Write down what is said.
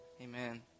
Amen